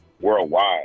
worldwide